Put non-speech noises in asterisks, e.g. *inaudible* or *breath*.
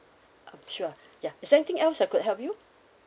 uh sure *breath* ya is there anything else I could help you